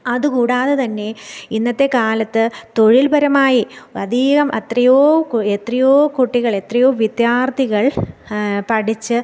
അതുകൂടാതെ തന്നെ ഇന്നത്തെ കാലത്ത് തൊഴിൽപരമായി അധികം അത്രയോ എത്രയോ കുട്ടികൾ എത്രയോ വിദ്യാർത്ഥികൾ പഠിച്ച്